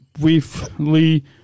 briefly